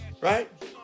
right